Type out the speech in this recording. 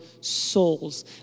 souls